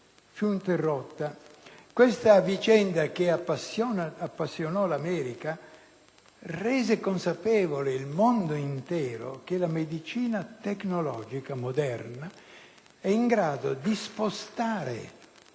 interrotta. Questa vicenda, che appassionò l'America, rese consapevole il mondo intero che la medicina tecnologica moderna è in grado di spostare